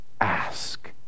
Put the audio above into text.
Ask